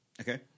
Okay